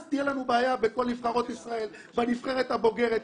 אז תהיה בעיה בנבחרות ישראל ובנבחרת הבוגרת,